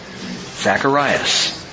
Zacharias